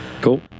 cool